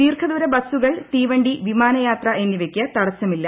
ദീർഘദൂര ബസുകൾ തീവണ്ടി വിമാനയാത്ര എന്നീവ്യ്ക്ക് തടസ്സമില്ല